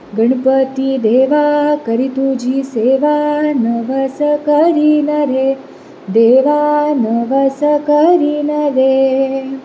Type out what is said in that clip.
गणपती देवा करी तुजी सेवा नवस करीन रे देवा नवस करीन रे